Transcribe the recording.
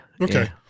Okay